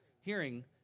hearing